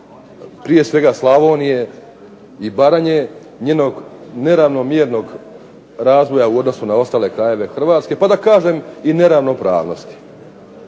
prije svega Slavonije i Baranje, njenog neravnomjernog razvoja u odnosu na ostale krajeve Hrvatske, pa da kažem i neravnopravnosti.